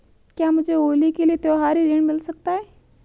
क्या मुझे होली के लिए त्यौहारी ऋण मिल सकता है?